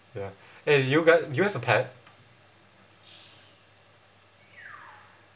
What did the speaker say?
ya eh you got do you have a pet